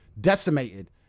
decimated